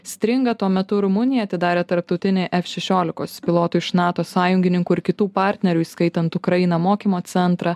stringa tuo metu rumunija atidarė tarptautinį f šešiolikos pilotų iš nato sąjungininkų ir kitų partnerių įskaitant ukrainą mokymo centrą